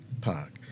Park